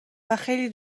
خیلی